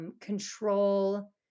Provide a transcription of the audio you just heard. control